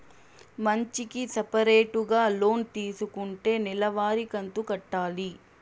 మంచికి సపరేటుగా లోన్ తీసుకుంటే నెల వారి కంతు కట్టాలి